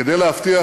כדי להבטיח